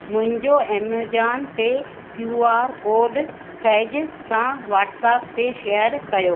मुंहिंजो Amazon Pay Q R code फैज़ सां व्हाट्सअप ते शेयर कयो